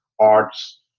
arts